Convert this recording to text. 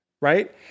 right